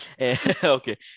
Okay